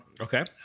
Okay